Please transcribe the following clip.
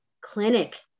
clinic